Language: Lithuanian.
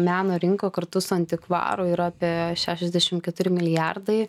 meno rinka kartu su antikvaru yra apie šešiasdešim keturi milijardai